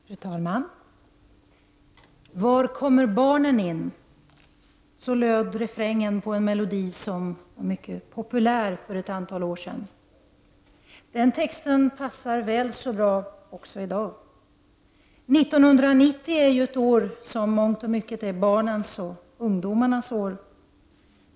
Fru talman! Var kommer barnen in? Så löd refrängen på en melodi som var mycket populär för ett antal år sedan. Texten passar väl så bra också i dag. 1990 är ett år som i mångt och mycket är barnens och ungdomarnas år.